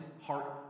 heart